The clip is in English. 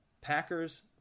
Packers